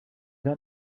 got